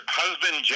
husband